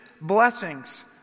blessings—